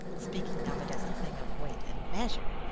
speaking of it as a thing of weight and measure,